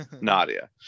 Nadia